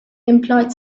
employed